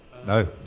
No